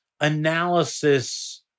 analysis